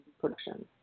production